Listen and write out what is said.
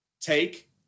take